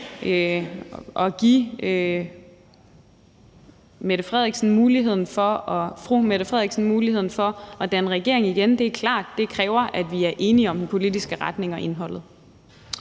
at give fru Mette Frederiksen mulighed for at danne regering igen. Det er klart. Det kræver, at vi er enige om den politiske retning og indholdet.